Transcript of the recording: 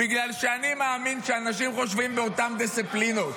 בגלל שאני מאמין שאנשים חושבים באותן דיסציפלינות.